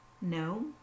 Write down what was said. No